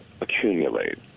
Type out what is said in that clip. accumulate